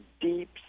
deep